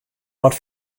wat